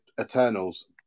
Eternals